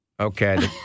Okay